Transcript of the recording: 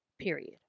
Period